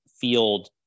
field